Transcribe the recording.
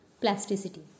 plasticity